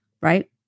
right